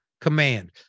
command